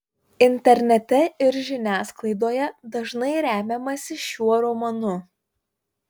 internete ir žiniasklaidoje dažnai remiamasi šiuo romanu